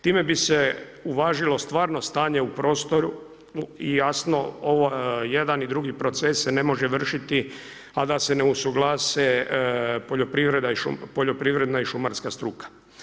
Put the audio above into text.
Time bi se uvažilo stvarno stanje u prostoru i jasno, i jedan i drugi proces se ne može vršiti a da se ne usuglase poljoprivredna i šumarska struka.